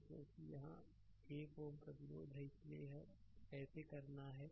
तो क्योंकि यहां 1 Ω प्रतिरोध है इसलिए यह कैसे करना है